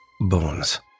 Bones